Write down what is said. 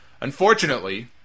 Unfortunately